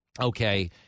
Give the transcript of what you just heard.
okay